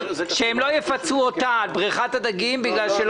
לגבי נזקים לחקלאות משרד החקלאות מוציא